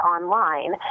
online